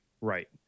right